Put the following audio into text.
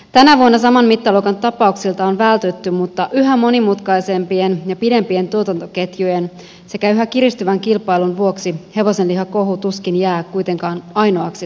tänä vuonna saman mittaluokan tapauksilta on vältytty mutta yhä monimutkaisempien ja pidempien tuotantoketjujen sekä yhä kiristyvän kilpailun vuoksi hevosenlihakohu tuskin jää kuitenkaan ainoaksi tulevaisuudessakaan